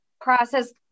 process